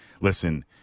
listen